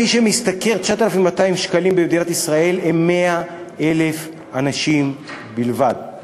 מי שמשתכר 9,200 שקלים במדינת ישראל הם 100,000 אנשים בלבד,